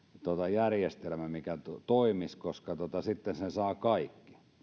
järjestelmä mikä toimisi koska sitten sen saavat kaikki